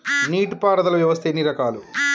నీటి పారుదల వ్యవస్థ ఎన్ని రకాలు?